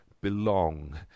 belong